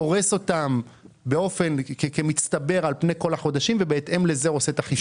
פורש אותן כמצטבר על פני כל החודשים ובהתאם לזה עושה את החישוב.